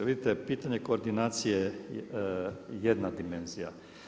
Vidite pitanje koordinacije je jedna dimenzija.